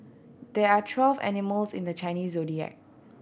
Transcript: there are twelve animals in the Chinese Zodiac